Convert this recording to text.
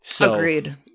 Agreed